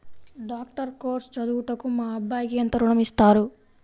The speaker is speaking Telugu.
డాక్టర్ కోర్స్ చదువుటకు మా అబ్బాయికి ఎంత ఋణం ఇస్తారు?